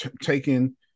taking